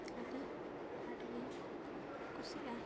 ᱟᱹᱰᱤ ᱟᱸᱴ ᱜᱮᱧ ᱠᱩᱥᱤᱭᱟᱜᱼᱟ